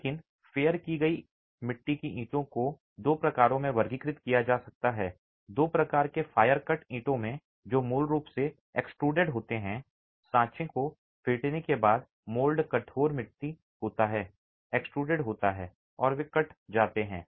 लेकिन फेयर की गई मिट्टी की ईंटों को दो प्रकारों में वर्गीकृत किया जा सकता है दो प्रकार के वायर कट ईंटों में जो मूल रूप से एक्सट्रूडेड होते हैं सांचे को फेंटने के बाद मोल्ड कठोर मिट्टी होता है एक्सट्रूड होता है और वे कट जाते हैं